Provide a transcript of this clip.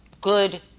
good